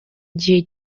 igihe